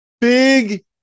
Big